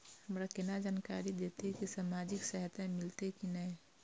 हमरा केना जानकारी देते की सामाजिक सहायता मिलते की ने?